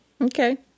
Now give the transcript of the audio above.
Okay